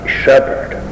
shepherd